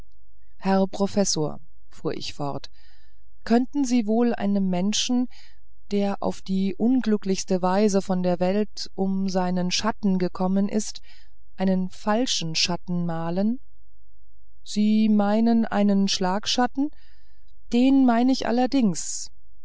herr professor fuhr ich fort könnten sie wohl einem menschen der auf die unglücklichste weise von der welt um seinen schatten gekommen ist einen falschen schatten malen sie meinen einen schlagschatten den mein ich allerdings